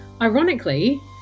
ironically